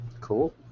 cool